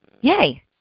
Yay